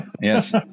Yes